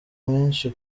menshi